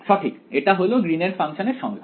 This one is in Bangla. সঠিক এটা হল গ্রীন এর ফাংশনের সংজ্ঞা